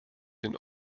den